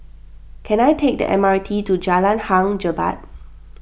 can I take the M R T to Jalan Hang Jebat